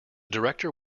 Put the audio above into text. director